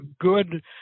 good